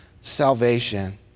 salvation